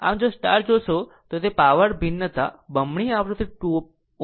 આમ જો જોશો તો તે પાવર ભિન્નતા બમણી આવૃત્તિ 2 ω છે